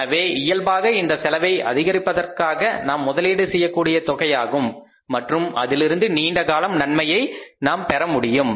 எனவே இயல்பாக இந்த செலவை அதிகரிப்பதற்காக நாம் முதலீடு செய்யக்கூடிய தொகையாகும் மற்றும் அதிலிருந்து நீண்ட காலம் நன்மையை நாம் பெற முடியும்